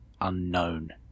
unknown